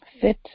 fit